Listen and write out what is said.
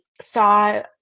saw